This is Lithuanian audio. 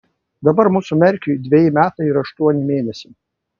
dabar mūsų merkiui dveji metai ir aštuoni mėnesiai